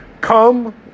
Come